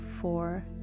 Four